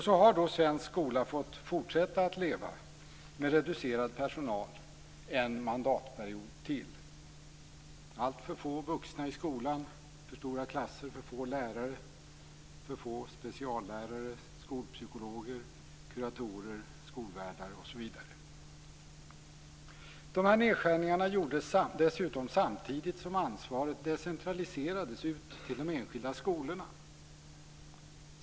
Så har då svensk skola fått fortsätta att leva med reducerad personal en mandatperiod till med alltför få vuxna i skolan, för stora klasser, för få lärare, för få speciallärare, skolpsykologer, kuratorer, skolvärdar osv. De här nedskärningarna gjordes dessutom samtidigt som ansvaret decentraliserades ut till de enskilda skolorna.